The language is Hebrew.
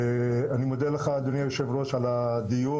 אני מודה לך אדוני היושב ראש על הדיון,